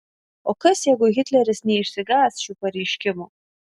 o kas jeigu hitleris neišsigąs šių pareiškimų